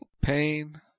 pain